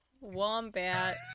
Wombat